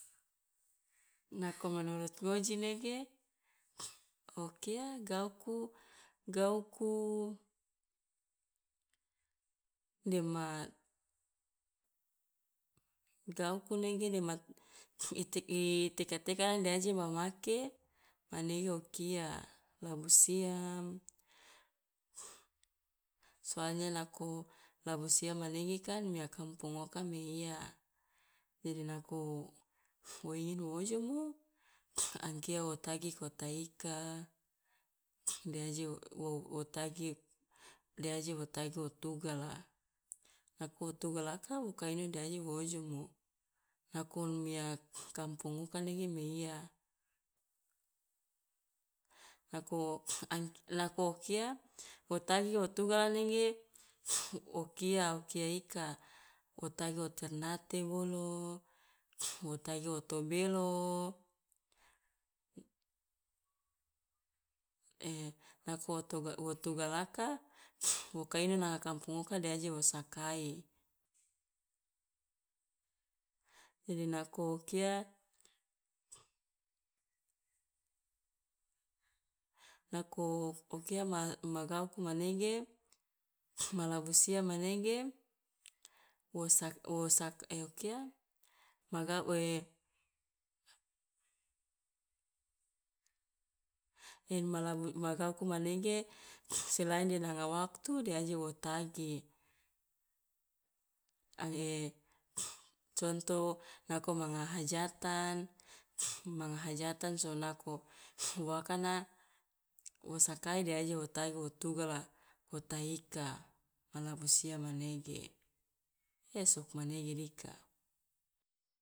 Nako menurut ngoji nege o kia gauku gauku dema gauku nege dema i teka teka de aje ma make manege o kia labu siam, soalnya lako labu siam manege kan mia kampung oka meiya jadi nako wo ingin wo ojomo angkia wo tagi kota ika de aje wo wo wo tagi de aji wo tagi wo tugala, nako tugalaka wo ka ino i dadi wo ojomo nako mia kampung oka mane meiya, nako ang nako kia wo tagi wo tugala nege wo kia kia ika wo tagi wo ternate bolo wo tagi o tobelo. nako tuga wo tugalaka wo ka ino na kampung oka de aje wo sakai. Jadi nako kia, nako o kia ma gauku manege ma labu siam manege wo sak- wo sak- o kia ma ga- ma labu ma gauku manege selain de nanga waktu de aje wo tagi, ange contoh, nako manga hajatan manga hajatan so nako wa akana wo sakai de aje wo tagi wo tugala, kota ika ma labu siam manege, ya sugmanege dika.